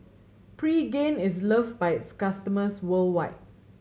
Pregain is loved by its customers worldwide